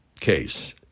case